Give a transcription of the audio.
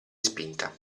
spinta